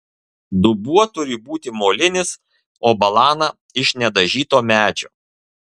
dubuo turi būti molinis o balana iš nedažyto medžio